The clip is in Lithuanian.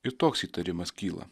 ir toks įtarimas kyla